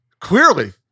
clearly